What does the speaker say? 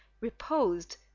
reposed